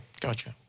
gotcha